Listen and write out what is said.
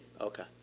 okay